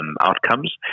outcomes